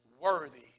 worthy